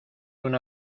una